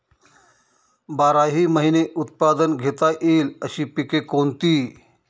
बाराही महिने उत्पादन घेता येईल अशी पिके कोणती?